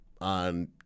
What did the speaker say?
on